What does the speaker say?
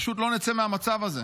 פשוט לא נצא מהמצב הזה.